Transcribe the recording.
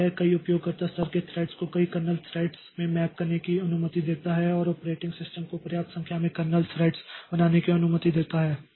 तो यह कई उपयोगकर्ता स्तर के थ्रेड्स को कई कर्नेल थ्रेड्स में मैप करने की अनुमति देता है और ऑपरेटिंग सिस्टम को पर्याप्त संख्या में कर्नेल थ्रेड बनाने की अनुमति देता है